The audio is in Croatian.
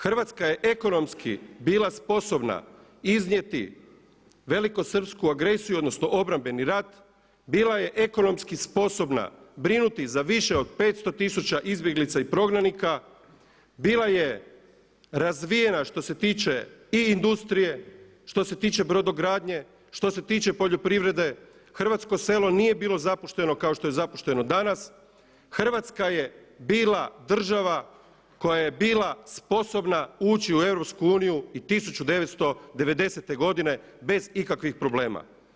Hrvatska je ekonomski bila sposobna iznijeti velikosrpsku agresiju, odnosno obrambeni rat, bila je ekonomski sposobna brinuti za više od 500 tisuća izbjeglica i prognanika, bila je razvijena što se tiče i industrije, što se tiče brodogradnje, što se tiče poljoprivrede, hrvatsko selo nije bilo zapušteno kao to je zapušteno danas, Hrvatska je bila država koja je bila sposobna uči u EU i 1990. godine bez ikakvih problema.